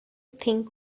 think